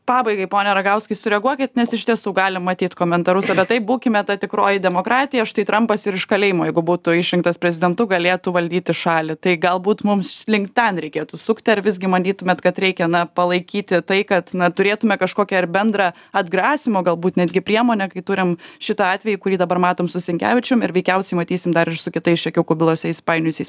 pabaigai pone ragauskai sureaguokit nes iš tiesų galim matyt komentarus apie tai būkime ta tikroji demokratija štai trampas ir iš kalėjimo jeigu būtų išrinktas prezidentu galėtų valdyti šalį tai galbūt mums link ten reikėtų sukti ar visgi manytumėt kad reikia na palaikyti tai kad na turėtume kažkokią ar bendrą atgrasymo galbūt netgi priemonę kai turim šitą atvejį kurį dabar matom su sinkevičium ir veikiausiai matysim dar ir su kitais čekiukų bylose įsipainiojusiais